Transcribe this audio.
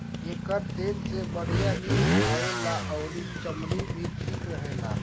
एकर तेल से बढ़िया नींद आवेला अउरी चमड़ी भी ठीक रहेला